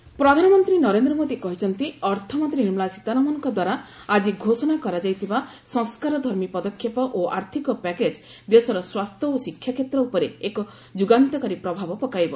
economic package ପ୍ରଧାନମନ୍ତ୍ରୀ ନରେନ୍ଦ୍ର ମୋଦି କହିଛନ୍ତି ଅର୍ଥମନ୍ତ୍ରୀ ନିର୍ମଳା ସୀତାରମଣଙ୍କଦ୍ୱାରା ଆଜି ଘୋଷଣା କରାଯାଇଥିବା ସଂସ୍କାରଧର୍ମୀ ପଦକ୍ଷେପ ଓ ଆର୍ଥିକ ପ୍ୟାକେଜ୍ ଦେଶର ସ୍ୱାସ୍ଥ୍ୟ ଓ ଶିକ୍ଷା କ୍ଷେତ୍ର ଉପରେ ଏକ ଯୁଗାନ୍ତକାରୀ ପ୍ରଭାବ ପକାଇବ